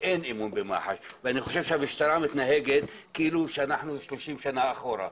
ואין אמון במח"ש ואני חושב שהמשטרה מתנהגת כאילו אנחנו 30 שנה אחורה.